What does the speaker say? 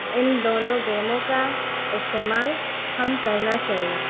ان دونوں گیموں کا استعمال ہم کرنا چاہیے